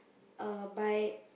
uh by